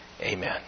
Amen